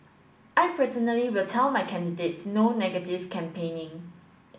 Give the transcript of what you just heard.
I personally will tell my candidates no negative campaigning